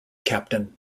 captain